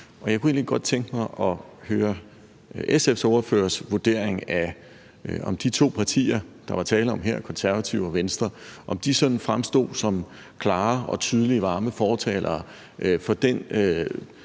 Jeg kunne egentlig bare tænke mig at høre SF's ordførers vurdering af, om de to partier, der var tale om her – Konservative og Venstre – fremstod som klare, tydelige og varme fortalere for den